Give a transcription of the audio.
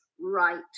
right